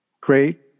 Great